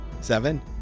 Seven